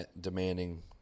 demanding